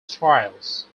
trials